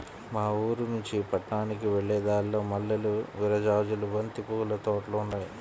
మా ఊరినుంచి పట్నానికి వెళ్ళే దారిలో మల్లెలు, విరజాజులు, బంతి పూల తోటలు ఉన్నాయ్